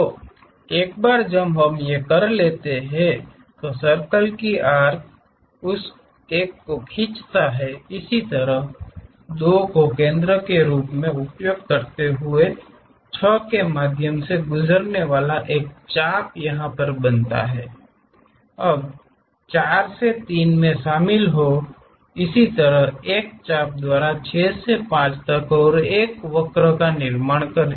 तो एक बार जब हम जानते हैं कि सर्कल आर्क उस एक को खींचता है इसी तरह 2 को केंद्र के रूप में उपयोग करते हुए 6 के मध्यम से गुजरने वाले एक और चाप को या दर्शाये अब 4 से 3 में शामिल हों इसी तरह एक चाप द्वारा 6 से 5 तक वक्र का निर्माण करे